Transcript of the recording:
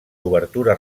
obertura